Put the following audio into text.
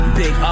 big